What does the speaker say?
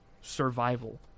survival